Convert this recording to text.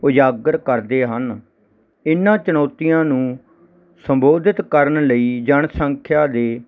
ਉਜਾਗਰ ਕਰਦੇ ਹਨ ਇਹਨਾਂ ਚੁਣੌਤੀਆਂ ਨੂੰ ਸੰਬੋਧਿਤ ਕਰਨ ਲਈ ਜਨਸੰਖਿਆ ਦੇ